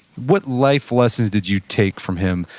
what life lessons did you take from him,